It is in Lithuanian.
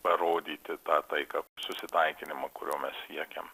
parodyti tą taiką susitaikinimą kurio mes siekiam